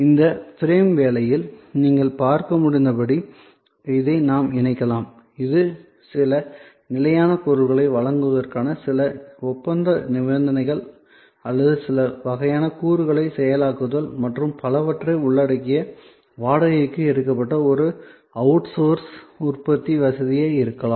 இந்த ஃப்ரேம் வேலையில் நீங்கள் பார்க்க முடிந்தபடி இதை நாம் இணைக்கலாம் இது சில வகையான பொருட்களை வழங்குவதற்கான சில ஒப்பந்த நிபந்தனைகள் அல்லது சில வகையான கூறுகளை செயலாக்குதல் மற்றும் பலவற்றை உள்ளடக்கிய வாடகைக்கு எடுக்கப்பட்ட ஒரு அவுட்சோர்ஸ் உற்பத்தி வசதியாக இருக்கலாம்